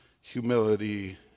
Humility